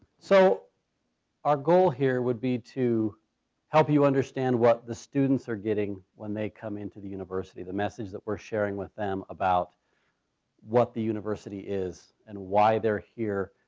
so our goal here would be to help you understand what the students are getting when they come into the university. the message we're sharing with them about what the university is and why they're here.